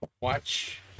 watch